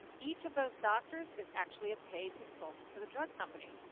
each of those doctors is actually a paid consultant for the drug company.